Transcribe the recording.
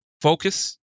focus